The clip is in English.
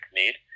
need